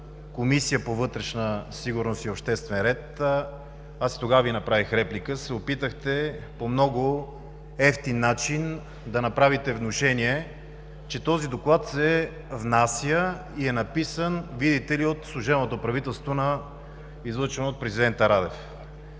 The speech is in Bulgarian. Комисията по вътрешна сигурност и обществен ред – аз и тогава Ви направих реплика – се опитахте по много евтин начин да направите внушение, че този доклад се внася и е написан, видите ли, от служебното правителство, излъчено от президента Радев.